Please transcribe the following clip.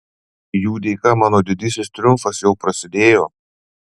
jų dėka mano didysis triumfas jau prasidėjo